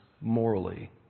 morally